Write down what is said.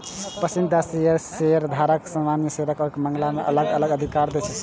पसंदीदा शेयर शेयरधारक कें सामान्य शेयरक मुकाबला मे अलग अलग अधिकार दै छै